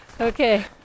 okay